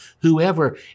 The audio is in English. whoever